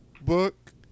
book